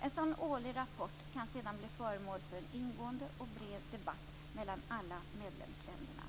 En sådan årlig rapport kan sedan bli föremål för en ingående och bred debatt mellan alla medlemsländerna.